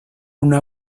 una